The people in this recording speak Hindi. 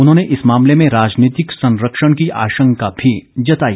उन्होंने इस मामले में राजनीतिक संरक्षण की आशंका भी जताई